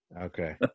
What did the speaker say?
Okay